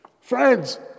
Friends